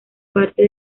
parte